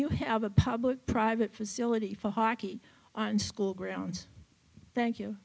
you have a public private facility for hockey on school grounds thank you